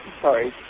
Sorry